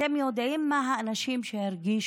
אתם יודעים מה עשו האנשים שהרגישו